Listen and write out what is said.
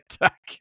attack